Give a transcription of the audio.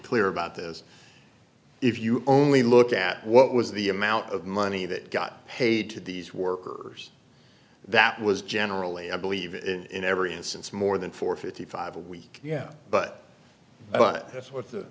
clear about this if you only look at what was the amount of money that got paid to these workers that was generally i believe in every instance more than four fifty five a week yeah but but that's what the